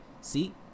see